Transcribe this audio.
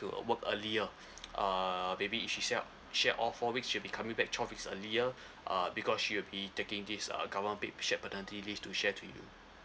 to uh work earlier uh maybe if she share all four weeks she'll be coming back twelve weeks earlier uh because she'll be taking this uh government paid shared paternity leave to share to you